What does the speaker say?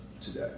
today